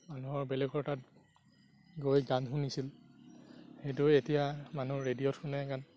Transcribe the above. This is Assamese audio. মানুহৰ বেলেগৰ তাত গৈ গান শুনিছিল সেইটো এতিয়া মানুহ ৰেডিঅ'ত শুনে গান